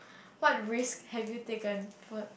what risk have you taken for